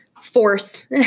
force